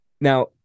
now